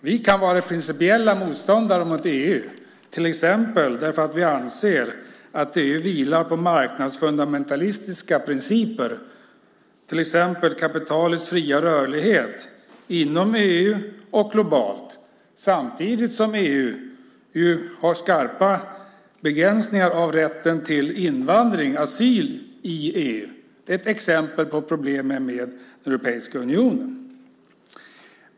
Vi kan vara principiella motståndare till EU därför att vi anser att EU vilar på marknadsfundamentalistiska principer, till exempel kapitalets fria rörlighet inom EU och globalt samtidigt som EU har skarpa begränsningar av rätten till invandring till och asyl i EU. Det är ett exempel på problemen med Europeiska unionen.